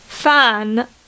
fan